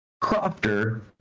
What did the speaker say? crofter